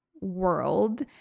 world